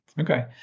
Okay